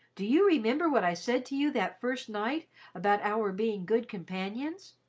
do you remember what i said to you that first night about our being good companions?